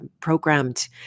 programmed